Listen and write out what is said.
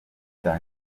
cya